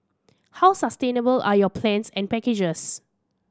how sustainable are your plans and packages